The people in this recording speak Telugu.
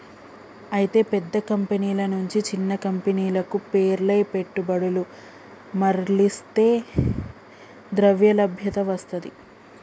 అయితే పెద్ద కంపెనీల నుంచి చిన్న కంపెనీలకు పేర్ల పెట్టుబడులు మర్లిస్తే ద్రవ్యలభ్యత వస్తది